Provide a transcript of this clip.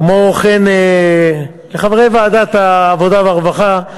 כמו כן לחברי ועדת העבודה והרווחה,